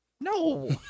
No